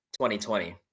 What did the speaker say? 2020